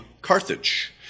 Carthage